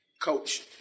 coach